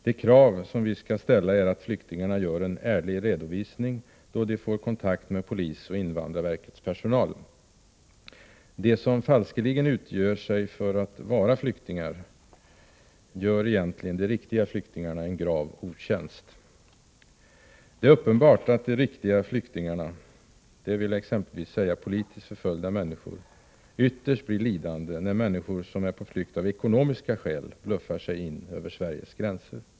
De krav som vi skall ställa är att flyktingarna gör en ärlig redovisning då de får kontakt med polis och invandrarverkets personal. De som falskeligen utger sig för att vara flyktingar gör egentligen de riktiga flyktingarna en grav otjänst. Det är uppenbart att de riktiga flyktingarna, dvs. exempelvis politiskt förföljda människor, ytterst blir lidande när människor som är på flykt av ekonomiska skäl bluffar sig in över Sveriges gränser.